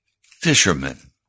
fishermen